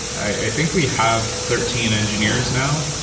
i think we have thirteen engineers now,